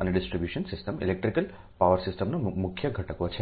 અને distribution system electric power સિસ્ટમના મુખ્ય ઘટકો છે